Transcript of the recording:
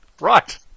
right